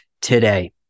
today